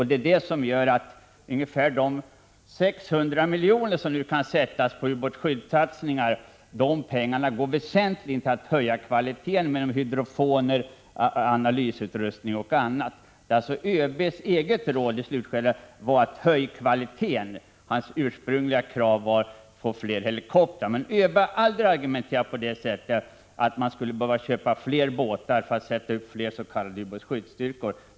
Det är detta som gör att de 600 milj.kr. som nu kan sättas in för ubåtsskyddssatsningar väsentligen går åt för att höja kvaliteten, med hydrofoner, analysutrustning o. d. ÖB:s råd i slutskedet var alltså att man skulle höja kvaliteten, medan hans ursprungliga krav var att det skulle anskaffas fler helikoptrar. Men ÖB har aldrig argumenterat i den riktningen att det skulle köpas fler båtar för att sätta upp ytterligare s.k. ubåtsskyddsstyrkor.